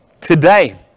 today